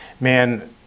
man